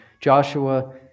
Joshua